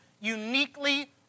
uniquely